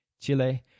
Chile